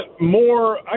more